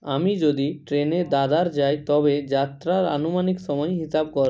আমি যদি ট্রেনে দাদার যাই তবে যাত্রার আনুমানিক সময় হিসাব কর